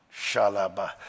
Shalaba